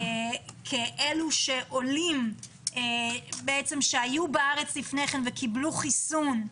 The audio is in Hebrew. קבוצה אחת, כאלה שהיו בארץ לפני כן וקבלו חיסון,